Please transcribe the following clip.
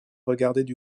regardaient